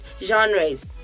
genres